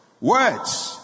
Words